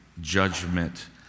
judgment